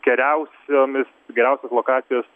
geriausiomis geriausios lokacijos